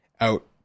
out